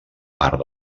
part